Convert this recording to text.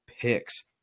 picks